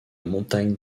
montagne